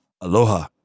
Aloha